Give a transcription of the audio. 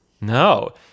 No